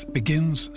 begins